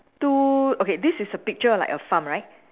two okay this is a picture like a farm right